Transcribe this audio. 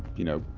you know,